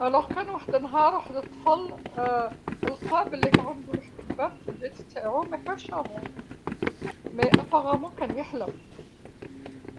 ﻿الوغ كان وحد النهار وحد الطفل لقى بليك عندو وحد الباب في البيت تاعو ماكانش افان، مي ابارامون كان يحلم.